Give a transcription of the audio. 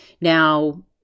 Now